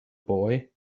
boy